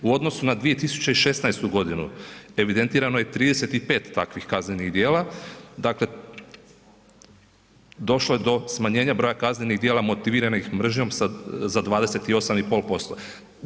U odnosu na 2016. godinu evidentirano je 35 takvih kaznenih djela, dakle došlo je do smanjenja broja kaznenih djela motiviranih mržnjom za 28,5%